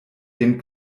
dem